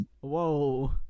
whoa